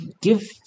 give